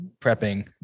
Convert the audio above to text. prepping